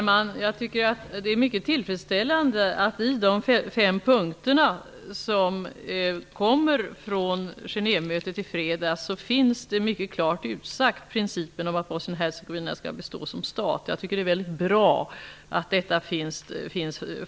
Fru talman! Det är mycket tillfredsställande att det i de fem punkterna från Genèvemötet i fredags finns mycket klart utsagt principen om att Bosnien Hercegovina skall bestå som stat. Det är väldigt bra att detta finns fastslaget.